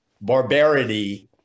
barbarity